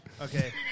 Okay